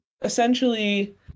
essentially